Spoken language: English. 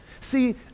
See